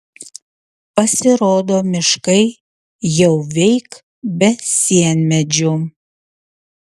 pasirodo miškai jau veik be sienmedžių